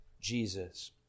Jesus